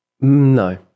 No